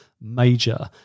major